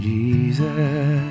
Jesus